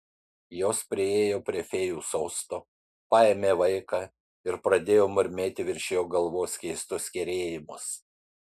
jos priėjo prie fėjų sosto paėmė vaiką ir pradėjo murmėti virš jo galvos keistus kerėjimus